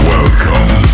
Welcome